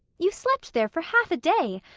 you slept there for half a day,